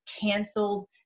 Canceled